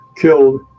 killed